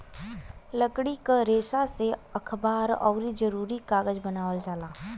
लकड़ी क रेसा से अखबार आउर जरूरी कागज बनावल जाला